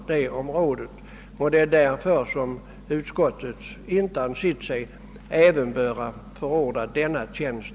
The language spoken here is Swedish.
Därför har inte utskottet ansett sig böra förorda inrättandet av denna tjänst.